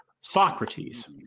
Socrates